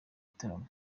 gitaramo